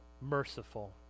merciful